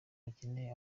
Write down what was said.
bakeneye